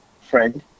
friend